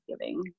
giving